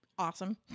Awesome